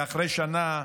ואחרי שנה,